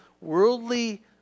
worldly